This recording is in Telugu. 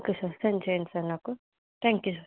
ఓకే సార్ సెండ్ చెయ్యండి సర్ నాకు థ్యాంక్యూ సర్